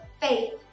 faith